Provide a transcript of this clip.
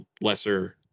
lesser